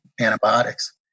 antibiotics